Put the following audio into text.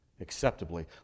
acceptably